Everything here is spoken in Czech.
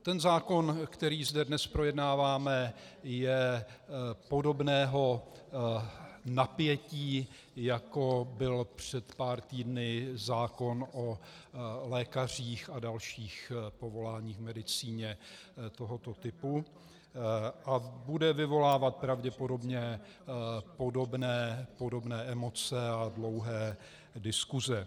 Ten zákon, který zde dnes projednáváme, je podobného napětí, jako byl před pár týdny zákon o lékařích a dalších povoláních v medicíně tohoto typu, a bude vyvolávat pravděpodobně podobné emoce a dlouhé diskuse.